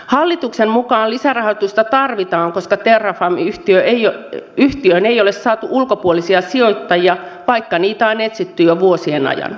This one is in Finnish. hallituksen mukaan lisärahoitusta tarvitaan koska terrafameyhtiöön ei ole saatu ulkopuolisia sijoittajia vaikka niitä on etsitty jo vuosien ajan